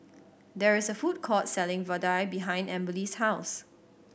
there is a food court selling vadai behind Amberly's house